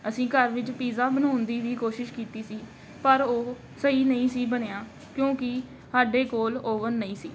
ਅਸੀਂ ਘਰ ਵਿੱਚ ਪੀਜ਼ਾ ਬਣਾਉਣ ਦੀ ਵੀ ਕੋਸ਼ਿਸ਼ ਕੀਤੀ ਸੀ ਪਰ ਉਹ ਸਹੀ ਨਹੀਂ ਸੀ ਬਣਿਆ ਕਿਉਂਕਿ ਸਾਡੇ ਕੋਲ ਓਵਨ ਨਹੀਂ ਸੀ